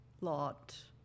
lot